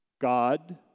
God